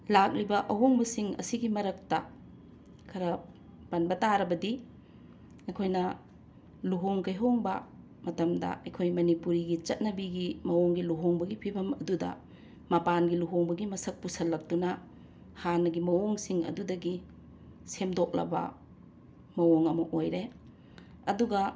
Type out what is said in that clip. ꯂꯥꯛꯂꯤꯕ ꯑꯍꯣꯡꯕꯁꯤꯡ ꯑꯁꯤꯒꯤ ꯃꯔꯛꯇ ꯈꯔ ꯄꯟꯕ ꯇꯥꯔꯕꯗꯤ ꯑꯩꯈꯣꯏꯅ ꯂꯨꯍꯣꯡ ꯀꯩꯍꯣꯡꯕ ꯃꯇꯝꯗ ꯑꯩꯈꯣꯏ ꯃꯅꯤꯄꯨꯔꯤꯒꯤ ꯆꯠꯅꯕꯤꯒꯤ ꯃꯑꯣꯡꯒꯤ ꯂꯨꯍꯣꯡꯕꯒꯤ ꯐꯤꯕꯝ ꯑꯗꯨꯗ ꯃꯄꯥꯟꯒꯤ ꯂꯨꯍꯣꯡꯕꯒꯤ ꯃꯁꯛ ꯄꯨꯁꯤꯜꯂꯛꯇꯨꯅ ꯍꯥꯟꯅꯒꯤ ꯃꯑꯣꯡꯁꯤꯡ ꯑꯗꯨꯗꯒꯤ ꯁꯦꯝꯗꯣꯛꯂꯕ ꯃꯑꯣꯡ ꯑꯃ ꯑꯣꯏꯔꯦ ꯑꯗꯨꯒ